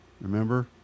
remember